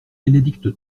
bénédicte